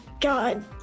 god